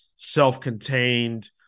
self-contained